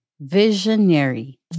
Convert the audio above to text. Visionary